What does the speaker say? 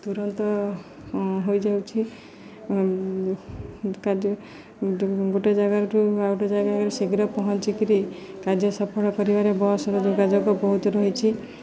ତୁରନ୍ତ ହୋଇଯାଉଛି କାର୍ଯ୍ୟ ଗୋଟେ ଜାଗାଠାରୁ ଆଉ ଗୋଟେ ଜାଗା ଶୀଘ୍ର ପହଞ୍ଚିକିରି କାର୍ଯ୍ୟ ସଫଳ କରିବାରେ ବସ୍ର ଯୋଗାଯୋଗ ବହୁତ ରହିଛି